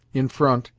in front,